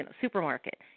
supermarket